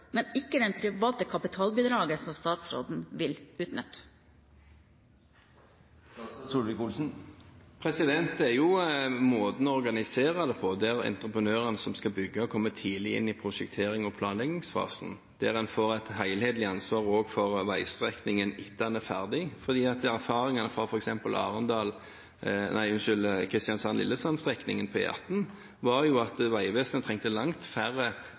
men ikke det private kapitalbidraget, som statsråden vil utnytte? Det er måten å organisere det på, der entreprenørene som skal bygge, kommer tidlig inn i prosjekterings- og planleggingsfasen, og der en får et helhetlig ansvar for veistrekningen også etter at den er ferdig. Erfaringene fra f.eks. Kristiansand–Lillesand-strekningen på E18 var at Vegvesenet trengte langt færre